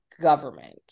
government